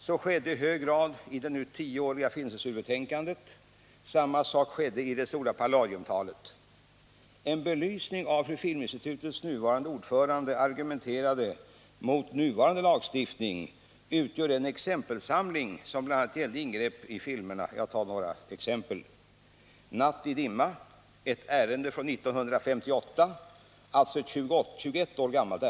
Så skedde i hög grad i det nu tioåriga filmcensurbetänkandet. Samma sak skedde i det stora Palladiumtalet. En belysning av hur Filminstitutets ordförande argumenterade mot nuvarande lagstiftning utgör den exempelsamling som bl.a. gällde ingrepp i följande filmer: Natt i dimma — ett ärende från 1958, dvs. 21 år gammalt.